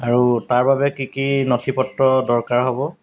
আৰু তাৰ বাবে কি কি নথিপত্ৰ দৰকাৰ হ'ব